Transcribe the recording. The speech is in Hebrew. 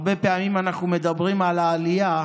הרבה פעמים אנחנו מדברים על העלייה